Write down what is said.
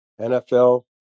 NFL